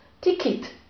Ticket